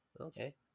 okay